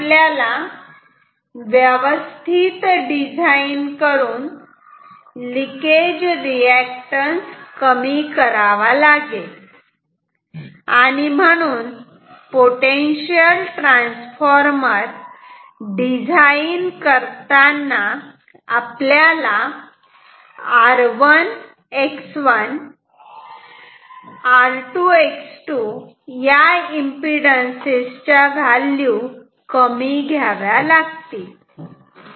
तसेच आपल्याला व्यवस्थित डिझाईन करून लिकेज रिअॅक्टन्स कमी करावा लागेल आणि म्हणून पोटेन्शियल ट्रान्सफॉर्मर डिझाईन करताना आपल्याला r1 x1 r2 x2 या एम्पिडन्सेस च्या व्हॅल्यू कमी घ्याव्या लागतील